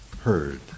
heard